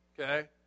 Okay